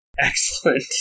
Excellent